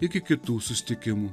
iki kitų susitikimų